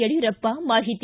ಯಡ್ಕೂರಪ್ಪ ಮಾಹಿತಿ